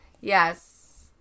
Yes